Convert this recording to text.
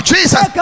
Jesus